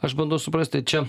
aš bandau suprasti čia